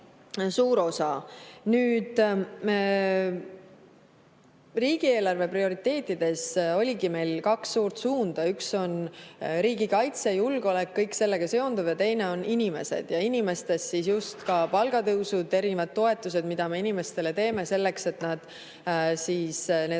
suur osa. Nüüd, riigieelarve prioriteetides oligi meil kaks suurt suunda: üks on riigikaitse ja julgeolek, kõik sellega seonduv, ja teine on inimesed. Ja inimeste puhul just ka palgatõusud, erinevad toetused, mida me inimestele anname selleks, et nad need